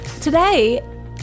Today